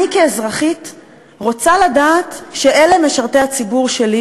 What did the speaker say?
אני כאזרחית רוצה לדעת שאלה משרתי הציבור שלי,